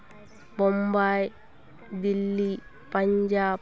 Bombay Delhi Punjab